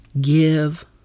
give